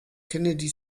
kennedy